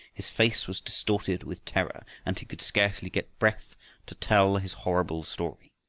his face was distorted with terror and he could scarcely get breath to tell his horrible story.